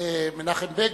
מנחם בגין.